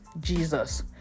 Jesus